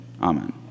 Amen